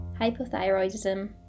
hypothyroidism